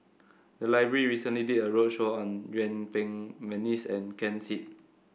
the library recently did a roadshow on Yuen Peng McNeice and Ken Seet